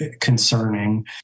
concerning